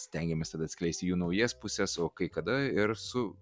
stengiamės tada atskleisti jų naujas puses o kai kada ir su